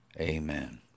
Amen